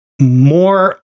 more